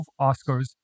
Oscars